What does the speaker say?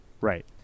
Right